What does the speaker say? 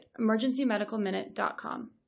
emergencymedicalminute.com